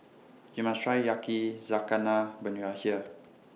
YOU must Try Yakizakana when YOU Are here